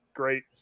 Great